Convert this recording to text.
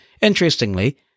Interestingly